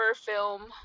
film